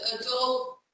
adult